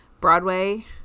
Broadway